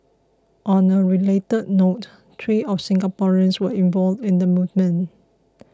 on a related note three of Singaporeans were involved in the movement